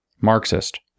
Marxist